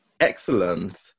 excellent